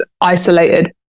isolated